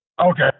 Okay